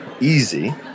easy